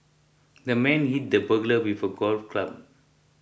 the man hit the burglar with a golf club